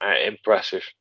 Impressive